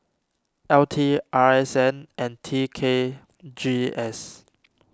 L T R S N and T K G S